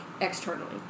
externally